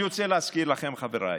אני רוצה להזכיר לכם, חבריי,